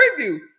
preview